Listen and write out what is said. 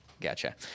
Gotcha